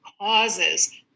causes